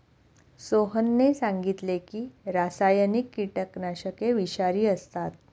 सोहनने सांगितले की रासायनिक कीटकनाशके विषारी असतात